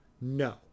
No